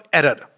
error